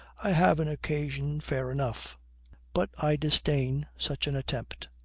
i have an occasion fair enough but i disdain such an attempt.